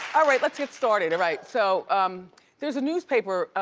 alright let's get started! alright, so there's a newspaper,